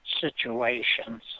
situations